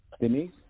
Denise